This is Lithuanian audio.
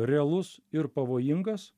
realus ir pavojingas